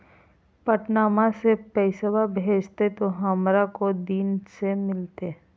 पटनमा से पैसबा भेजते तो हमारा को दिन मे मिलते?